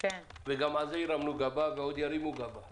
וגם אז הרמנו גבה ועוד ירימו גבות,